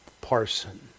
Parson